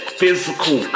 physical